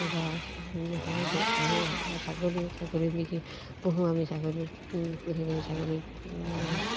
বা হাঁহ হাঁহেই হওক বা ছাগলী ছাগলী বিকি পোহোঁ আমি ছাগলী পুহি পিনি ছাগলী মানে